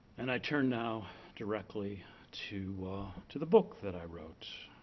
and i turn now directly to to the book that i wrote,